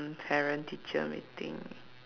parent teacher meeting